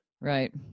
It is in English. right